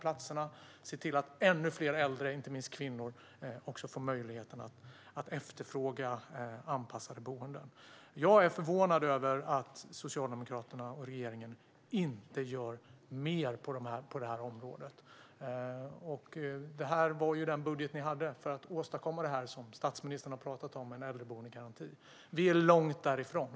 Det gäller att se till att ännu fler äldre, och inte minst kvinnor, får möjligheten att efterfråga anpassade boenden. Jag är förvånad över att Socialdemokraterna och regeringen inte gör mer på området. Det var den budget ni hade för att åstadkomma det som statsministern har talat om med en äldreboendegaranti. Vi är långt därifrån.